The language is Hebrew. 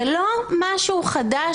זה לא משהו חדש,